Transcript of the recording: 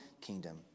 kingdom